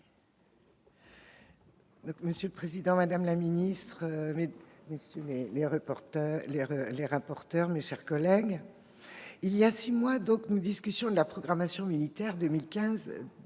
Monsieur le président, madame la ministre, madame, messieurs les rapporteurs, mes chers collègues, il y a six mois, nous discutions de la programmation militaire 2019-2025.